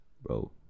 Bro